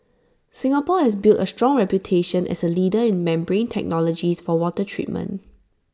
Singapore has built A strong reputation as A leader in membrane technologies for water treatment